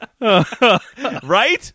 Right